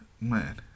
Man